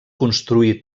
construí